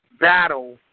battle